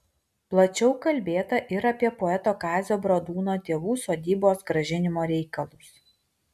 plačiau kalbėta ir apie poeto kazio bradūno tėvų sodybos grąžinimo reikalus